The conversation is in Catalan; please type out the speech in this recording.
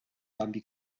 canvi